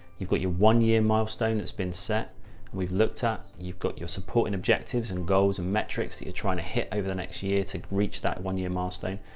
you've got your one year milestone. that's been set. and we've looked at, you've got your supporting objectives and goals and metrics that you're trying to hit over the next year to reach that one year milestone.